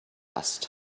past